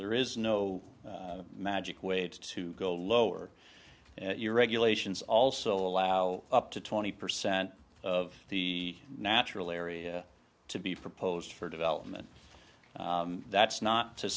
there is no magic way to go lower your regulations also allow up to twenty percent of the natural area to be for post for development that's not to